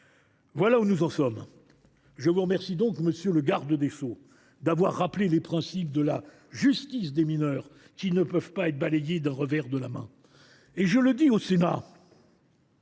mes chers collègues. Je vous remercie encore, monsieur le garde des sceaux, d’avoir rappelé les principes de la justice des mineurs, qui ne peuvent pas être balayés d’un revers de la main. Je le dis au Sénat